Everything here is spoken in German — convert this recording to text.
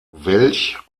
welch